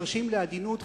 חירשים לעדינות,